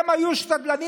הם היו שתדלנים.